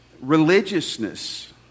religiousness